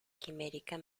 quimérica